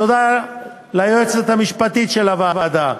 תודה ליועצת המשפטית של הוועדה,